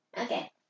Okay